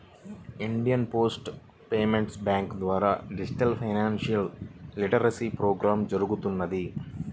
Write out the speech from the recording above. India post payments bank ద్వారా digital financial literacy programme జరుగుతున్నది